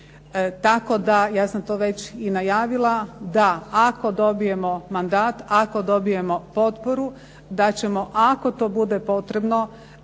Tako da ja sam to već i najavila da ako dobijemo mandat, ako dobijemo potporu da ćemo ako to bude potrebno